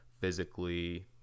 physically